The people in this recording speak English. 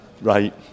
Right